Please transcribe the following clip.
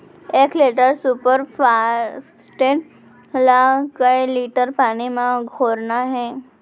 एक litre super phosphate ला कए लीटर पानी मा घोरना हे?